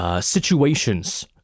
situations